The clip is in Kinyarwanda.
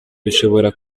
bishobora